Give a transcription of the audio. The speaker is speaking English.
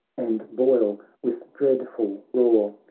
and boil with dread ful roar,